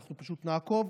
אנחנו פשוט נעקוב,